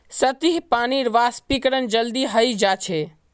सतही पानीर वाष्पीकरण जल्दी हय जा छे